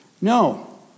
No